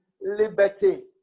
liberty